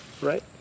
Right